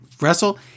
wrestle